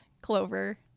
Clover